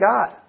God